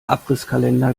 abrisskalender